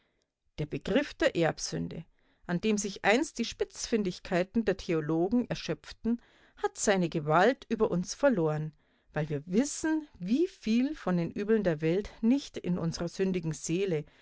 der begriff der erbsünde an dem sich einst die spitzfindigkeiten der theologen erschöpften hat seine gewalt über uns verloren weil wir wissen wie viel von den übeln der welt nicht in unserer sündigen seele